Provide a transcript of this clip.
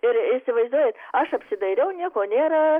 ir įsivaizduojat aš apsidairiau nieko nėra